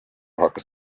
hakkas